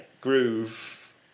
groove